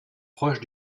proche